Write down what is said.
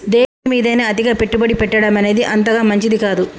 దేనిమీదైనా అతిగా పెట్టుబడి పెట్టడమనేది అంతగా మంచిది కాదు